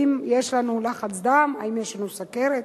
האם יש לנו לחץ דם, האם יש לנו סוכרת.